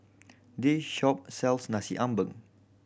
this shop sells Nasi Ambeng